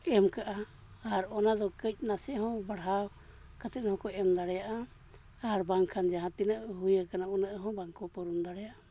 ᱮᱢ ᱠᱟᱜᱼᱟ ᱟᱨ ᱚᱱᱟᱫᱚ ᱠᱟᱹᱡ ᱱᱟᱥᱮ ᱦᱚᱸ ᱵᱟᱲᱦᱟᱣ ᱠᱟᱛᱮᱫ ᱦᱚᱸᱠᱚ ᱮᱢ ᱫᱟᱲᱮᱭᱟᱜᱼᱟ ᱟᱨ ᱵᱟᱝᱠᱷᱟᱱ ᱡᱟᱦᱟᱸ ᱛᱤᱱᱟᱹᱜ ᱦᱩᱭ ᱟᱠᱟᱱᱟ ᱩᱱᱟᱹᱜ ᱦᱚᱸ ᱵᱟᱝᱠᱚ ᱯᱩᱨᱚᱱ ᱫᱟᱲᱮᱭᱟᱜᱼᱟ